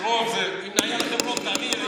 כשיש רוב זה, אם